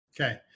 Okay